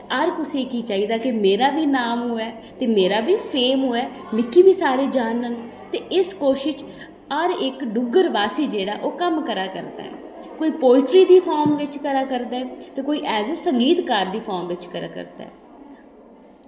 हर कुसै गी चाहिदा की मेरा बी नाम होऐ ते मेरा बी फेम होऐ ते मिगी बी सारे जानन ते इस कोशिश च हर इक्क डुग्गरवासी जेह्ड़ा ओह् कम्म करा करदा कोई पोएट्री दी फार्म बिच करा करदा ते कोई एज ए संगीतकार दी फार्म च करा करदा